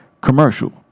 commercial